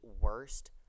worst